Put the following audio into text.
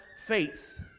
faith